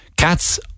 Cats